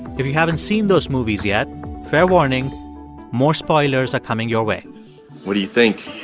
if you haven't seen those movies yet fair warning more spoilers are coming your way what do you think?